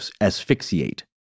asphyxiate